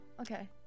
okay